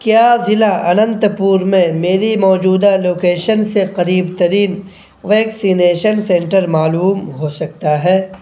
کیا ضلع اننت پور میں میری موجودہ لوکیشن سے قریب ترین ویکسینیشن سنٹر معلوم ہو سکتا ہے